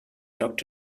tucked